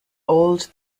old